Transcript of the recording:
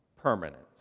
permanent